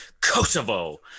Kosovo